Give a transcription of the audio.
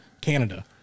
Canada